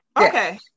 Okay